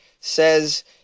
says